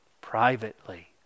Privately